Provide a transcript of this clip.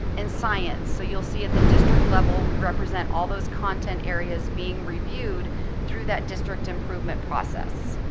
and science. so you'll see at the district level we represent all those content areas being reviewed through that district improvement process.